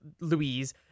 louise